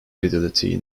fidelity